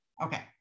Okay